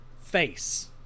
face